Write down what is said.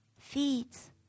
feeds